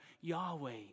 Yahweh